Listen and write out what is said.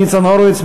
ניצן הורוביץ,